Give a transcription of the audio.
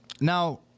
now